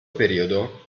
periodo